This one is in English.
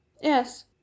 Yes